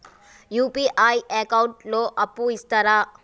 UPI account లో అప్పు ఇస్తరా?